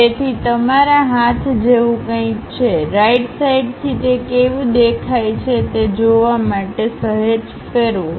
તેથી તમારા હાથ જેવું કંઇક છે રાઈટ સાઇડથી તે કેવી દેખાય છે તે જોવા માટે સહેજ ફેરવો